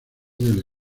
del